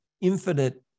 infinite